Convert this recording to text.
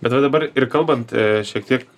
bet va dabar ir kalbant a šiek tiek